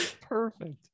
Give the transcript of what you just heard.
perfect